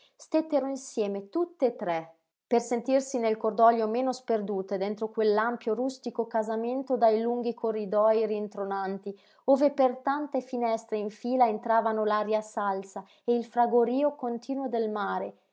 stettero insieme tutte e tre per sentirsi nel cordoglio meno sperdute dentro quell'ampio rustico casamento dai lunghi corridoj rintronanti ove per tante finestre in fila entravano l'aria salsa e il fragorío continuo del mare